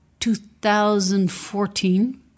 2014